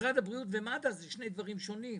משרד הבריאות ומד"א אלה שני דברים שונים.